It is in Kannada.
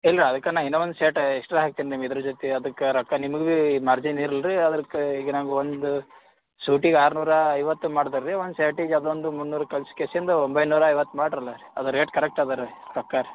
ಇಲ್ಲ ಅದಕ್ಕೆ ನಾ ಇನ್ನೂ ಒಂದು ಶರ್ಟ್ ಎಕ್ಸ್ಟ್ರಾ ಹಾಕ್ತಿನಿ ನಿಮ್ಗೆ ಇದ್ರ ಜೊತೆ ಅದಕ್ಕೆ ರೊಕ್ಕ ನಿಮಗೂ ಮಾರ್ಜಿನ್ ಇರ್ಲಿ ರೀ ಅದ್ಕೆ ಈಗ ನಂಗೆ ಒಂದು ಸೂಟಿಗೆ ಆರ್ನೂರ ಐವತ್ತು ಮಾಡ್ತ ರೀ ಒಂದು ಶರ್ಟಿಗೆ ಅದೊಂದು ಮುನ್ನೂರು ಕಳ್ಸಿ ಕೇಸೆಂದು ಒಂಬೈನೂರ ಐವತ್ತು ಮಾಡಿರಲ್ಲ ರೀ ಅದು ರೇಟ್ ಕರೆಕ್ಟ್ ಅದ ರೀ ಪಕ್ಕಾ ರೀ